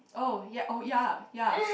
oh ya oh ya ya